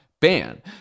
ban